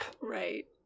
Right